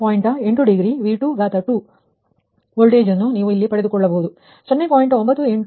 8 degree V22 voltage ಯನ್ನು ನೀವು ಇಲ್ಲಿಗೆ ಪಡೆದುಕೊಂಡಿದ್ದೀರಿ 0